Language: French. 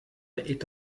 est